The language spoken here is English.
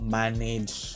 manage